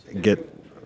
get